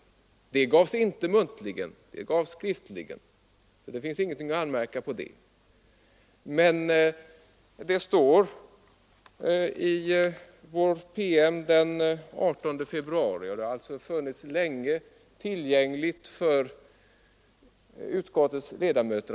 Det uppdraget gavs inte muntligen utan skriftligen. Det finns inget att anmärka i det avseendet. En redogörelse här finns i vårt PM av den 18 februari, som sedan länge funnits tillgänglig för utskottets ledamöter.